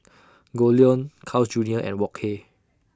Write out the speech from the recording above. Goldlion Carl's Junior and Wok Hey